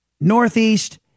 Northeast